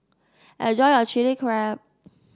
enjoy your Chili Crab